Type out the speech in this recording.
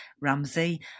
Ramsey